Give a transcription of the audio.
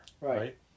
right